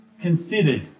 considered